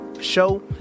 show